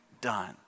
done